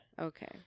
Okay